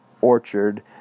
orchard